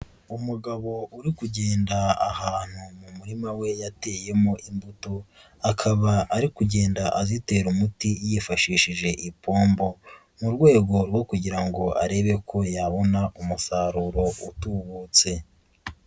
Umugabo uri kugenda ahantu mu murima we yateyemo imbuto, akaba ari kugenda azitera umuti yifashishije ipombo, mu rwego rwo kugira ngo arebe ko yabona umusaruro utubutse.